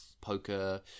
poker